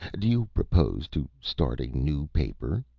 do you propose to start a new paper?